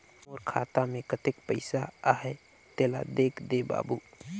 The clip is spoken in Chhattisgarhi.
मोर खाता मे कतेक पइसा आहाय तेला देख दे बाबु?